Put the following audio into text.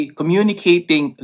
communicating